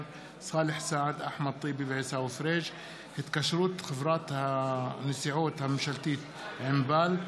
ואורן חזן בנושא: התקשרות חברת הנסיעות הממשלתית ענבל,